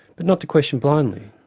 but not to question blindly,